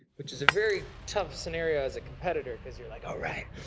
which is a very tough scenario as a competitor, because you're like, all right,